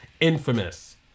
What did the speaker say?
infamous